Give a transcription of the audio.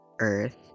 Earth